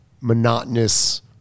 monotonous